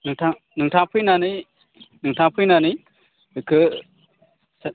नोंथाङा फैनानै नोंथाङा फैनानै बेखौ